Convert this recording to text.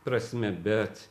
prasme bet